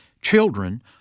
children